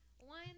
one